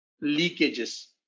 leakages